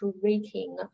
creating